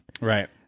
Right